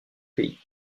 pays